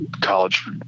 College